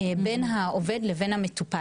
בין העובד לבין המטופל.